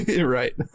right